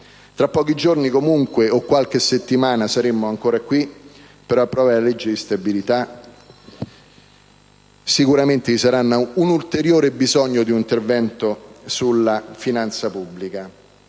Tra pochi giorni o tra qualche settimana saremo ancora qui per approvare la legge di stabilità, e sicuramente vi sarà bisogno di un ulteriore intervento sulla finanza pubblica.